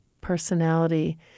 personality